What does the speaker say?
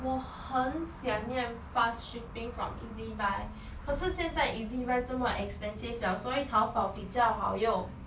我很想念 fast shipping from ezbuy 可是现在 ezbuy 这么 expensive 了所以 tao bao 比较好用 bao bi jiao hao yong